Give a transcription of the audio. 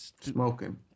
Smoking